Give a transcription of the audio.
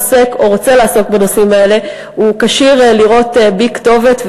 עוסק או רוצה לעסוק בנושאים האלה כשיר לראות בי כתובת,